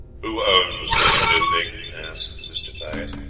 who owns this building? asked mr. tyers.